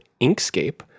Inkscape